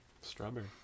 strawberry